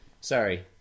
Sorry